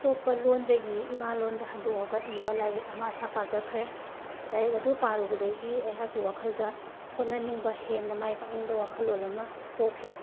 ꯑꯇꯣꯞꯄ ꯂꯣꯟꯗꯒꯤ ꯏꯃꯥ ꯂꯣꯟꯗ ꯍꯟꯗꯣꯛꯂꯒ ꯏꯕ ꯂꯥꯏꯔꯤꯛ ꯑꯃ ꯑꯩꯍꯥꯛ ꯄꯥꯖꯈ꯭ꯔꯦ ꯂꯥꯏꯔꯤꯛ ꯑꯗꯨ ꯄꯥꯔꯨꯕꯗꯒꯤ ꯑꯩꯍꯥꯛꯀꯤ ꯋꯥꯈꯜꯗ ꯍꯣꯠꯅꯅꯤꯡꯕ ꯍꯦꯟꯅ ꯃꯥꯏ ꯄꯥꯛꯅꯤꯡꯕ ꯋꯥꯈꯜꯂꯣꯟ ꯑꯃ ꯄꯣꯛꯈꯤ